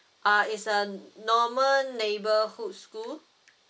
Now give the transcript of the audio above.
uh is a normal neighbourhood school